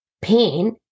pain